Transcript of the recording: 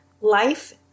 Life